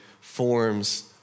forms